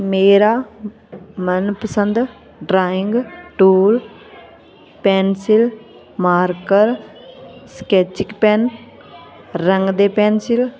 ਮੇਰਾ ਮਨ ਪਸੰਦ drawing tool pencil marker sketching pen ਰੰਗ ਦੇ ਪੈਨਸਿਲ